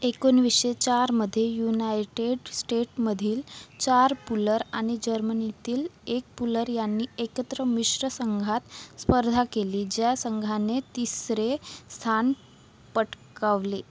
एकोणवीसशे चारमध्ये युनायटेड स्टेटमधील चार पुलर आणि जर्मनीतील एक पुलर यांनी एकत्र मिश्र संघात स्पर्धा केली ज्या संघाने तिसरे स्थान पटकावले